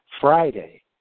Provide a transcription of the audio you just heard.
Friday